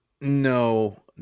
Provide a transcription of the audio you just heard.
no